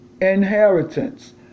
inheritance